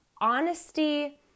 honesty